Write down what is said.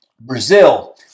Brazil